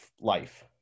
life